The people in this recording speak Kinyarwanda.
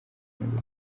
nyungu